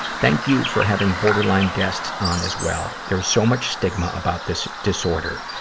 thank you for having borderline guests on as well. there is so much stigma about this disorder.